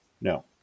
no